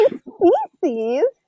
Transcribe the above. species